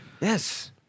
Yes